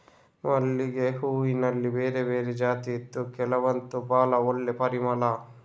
ಮಲ್ಲಿಗೆ ಹೂನಲ್ಲಿ ಬೇರೆ ಬೇರೆ ಜಾತಿ ಇದ್ದು ಕೆಲವಂತೂ ಭಾಳ ಒಳ್ಳೆ ಪರಿಮಳ